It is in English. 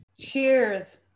Cheers